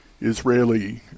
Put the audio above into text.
Israeli